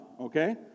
okay